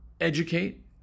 educate